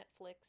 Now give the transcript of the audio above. Netflix